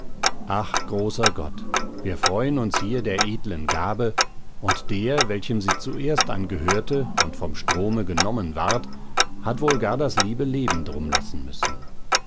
ach großer gott wir freuen uns hier der edlen gabe und der welchem sie zuerst angehörte und vom strome genommen ward hat wohl gar das liebe leben drum lassen müssen